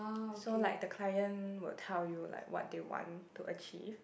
so like the client would tell you like what they want to achieve